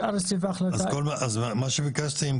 אז מה שביקשתם,